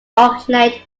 originate